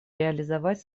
реализовать